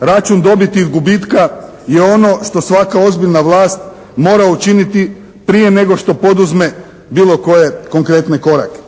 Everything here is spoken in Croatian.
Račun dobiti … od gubitka je ono što svaka ozbiljna vlast mora učiniti prije nego što poduzme bilo koje konkretne korake.